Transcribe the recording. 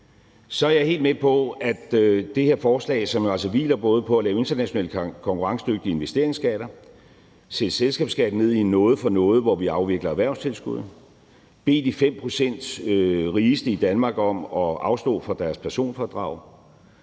der er noget kritik af det her forslag, som jo altså hviler på både at lave internationale konkurrencedygtige investeringsskatter, sætte selskabsskatten ned i en noget for noget, hvor vi afvikler erhvervstilskud, bede de 5 pct. rigeste i Danmark om at afstå fra deres personfradrag,